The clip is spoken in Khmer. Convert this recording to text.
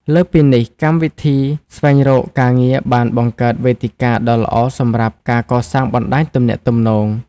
លើសពីនេះ កម្មវិធីស្វែងរកការងារបានបង្កើតវេទិកាដ៏ល្អសម្រាប់ ការកសាងបណ្តាញទំនាក់ទំនង។